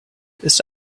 ist